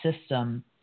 system